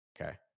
Okay